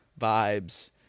vibes